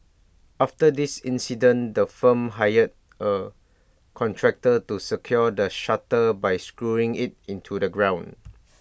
after this incident the firm hired A contractor to secure the shutter by screwing IT into the ground